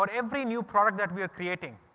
but every new product that we are creating,